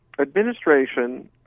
administration